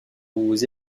aux